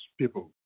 people